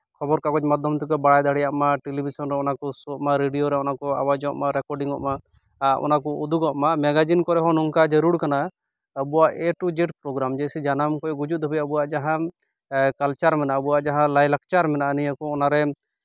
ᱠᱷᱚᱵᱚᱨ ᱠᱟᱜᱚᱡᱽ ᱢᱟᱫᱽᱫᱷᱚᱢ ᱛᱮᱠᱚ ᱵᱟᱲᱟᱭ ᱫᱟᱲᱮᱭᱟᱜ ᱢᱟ ᱴᱮᱞᱤᱵᱷᱤᱥᱚᱱ ᱨᱮ ᱚᱱᱟ ᱠᱚ ᱥᱳᱜ ᱢᱟ ᱨᱮᱰᱤᱭᱳ ᱨᱮ ᱚᱱᱟ ᱠᱚ ᱟᱣᱟᱡᱽᱚᱜ ᱢᱟ ᱨᱮᱠᱚᱰᱤᱝᱚᱜ ᱢᱟ ᱚᱱᱟ ᱠᱚ ᱩᱫᱩᱜᱚᱜ ᱢᱟ ᱢᱮᱜᱟᱡᱤᱱ ᱠᱚᱨᱮ ᱦᱚᱸ ᱱᱚᱝᱠᱟ ᱡᱟᱹᱨᱩᱲ ᱠᱟᱱᱟ ᱟᱵᱚᱣᱟᱜ ᱮ ᱴᱩ ᱡᱮᱴ ᱯᱨᱳᱜᱨᱟᱢ ᱡᱮᱭᱥᱮ ᱡᱟᱱᱟᱢ ᱠᱷᱚᱡ ᱜᱩᱡᱩᱜ ᱫᱷᱟᱹᱵᱤᱡ ᱟᱵᱚᱣᱟᱜ ᱡᱟᱦᱟᱱ ᱠᱟᱞᱪᱟᱨ ᱢᱮᱱᱟᱜᱼᱟ ᱟᱵᱚᱣᱟᱜ ᱡᱟᱦᱟᱸ ᱞᱟᱭᱼᱞᱟᱠᱪᱟᱨ ᱢᱮᱱᱟᱜᱼᱟ ᱱᱤᱭᱟᱹ ᱠᱚ ᱚᱱᱟᱨᱮ